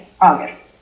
August